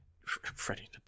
Freddie